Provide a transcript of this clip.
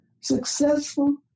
successful